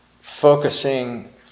focusing